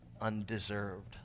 undeserved